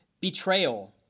Betrayal